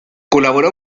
colaboró